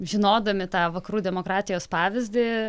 žinodami tą vakarų demokratijos pavyzdį